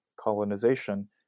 colonization